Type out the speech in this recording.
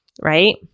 right